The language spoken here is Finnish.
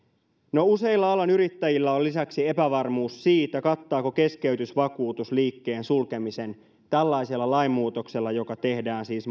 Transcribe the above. no useilla alan yrittäjillä on lisäksi epävarmuus siitä kattaako keskeytysvakuutus liikkeen sulkemisen tällaisella lainmuutoksella joka tehdään siis